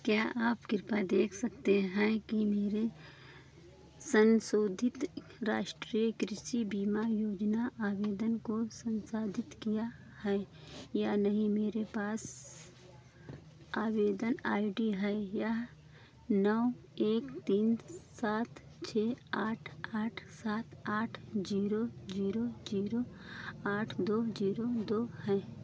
क्या आप कृपया देख सकते हैं कि मेरे संशोधित राष्ट्रीय कृषि बीमा योजना आवेदन को संसाधित किया है या नहीं मेरे पास आवेदन आई डी है यह नौ एक तीन सात छः आठ आठ सात आठ जीरो जीरो जीरो आठ दो जीरो दो है